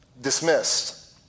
dismissed